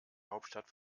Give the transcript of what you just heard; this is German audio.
hauptstadt